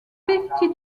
fifty